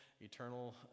eternal